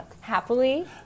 happily